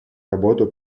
работу